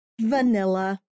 vanilla